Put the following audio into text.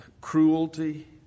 Cruelty